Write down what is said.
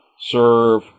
serve